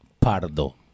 Pardo